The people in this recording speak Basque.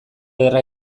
ederra